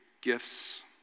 gifts